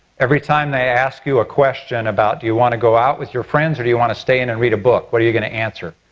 every time they ask you a question about do you want to go out with your friends or do you want to stay in and read a book, what do you going to answer?